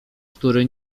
który